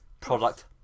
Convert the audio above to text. Product